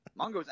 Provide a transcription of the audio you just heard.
Mongo's